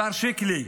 השר שיקלי,